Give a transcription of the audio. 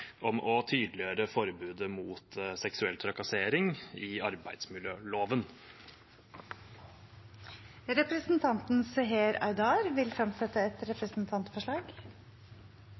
om å tydeliggjøre forbudet mot seksuell trakassering i arbeidsmiljøloven. Representanten Seher Aydar vil fremsette et representantforslag.